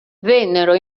vennero